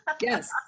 Yes